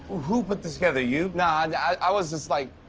who put this together? you? no, i was just, like,